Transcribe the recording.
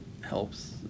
helps